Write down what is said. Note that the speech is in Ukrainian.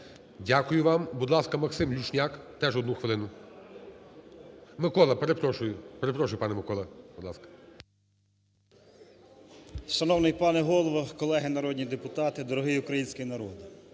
Дякую вам. Будь ласка, Максим Люшняк, теж одну хвилину. Микола, перепрошую. Перепрошую, пане Микола. Будь ласка. 13:33:57 ЛЮШНЯК М.В. Шановний пане Голово, колеги народні депутати, дорогий український народе!